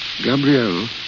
Gabrielle